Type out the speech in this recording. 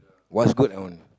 what's good I want